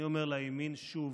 אני אומר: לימין שוב.